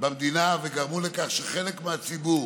במדינה וגרמו לכך שחלק מהציבור